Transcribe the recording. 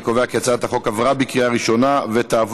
אני קובע כי הצעת החוק עברה בקריאה ראשונה ותעבור